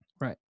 Right